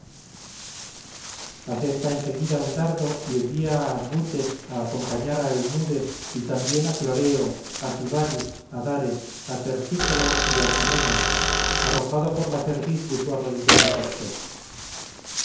asesta en seguida un dardo y envía a asbutes a acompañar a eumudes y también a cloreo s sibaris a dares a tersíloco y a timetes arrojado por la cerviz de su arrodillado corcel